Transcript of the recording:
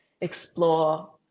explore